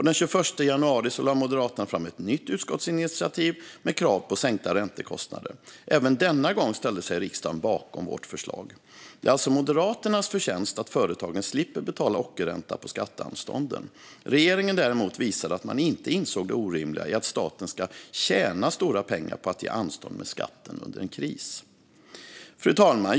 Den 21 januari lade Moderaterna fram ett nytt förslag till utskottsinitiativ med krav på sänkta räntekostnader. Även denna gång ställde sig riksdagen bakom vårt förslag. Det är alltså Moderaternas förtjänst att företagen slipper betala ockerränta på skatteanstånden. Regeringen, däremot, visade att man inte insåg det orimliga i att staten ska tjäna stora pengar på att ge anstånd med skatten under en kris. Fru talman!